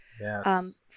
Yes